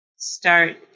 start